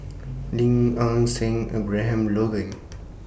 Lim Nang Seng Abraham Logan